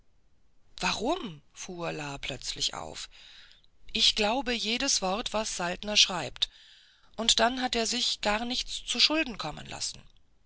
warum fuhr la plötzlich auf ich glaube jedes wort was saltner schreibt und dann hat er sich gar nichts zuschulden kommen lassen